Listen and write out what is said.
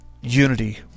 unity